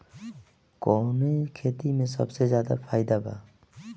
कवने खेती में सबसे ज्यादा फायदा बा?